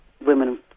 women